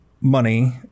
money